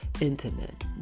internet